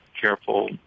careful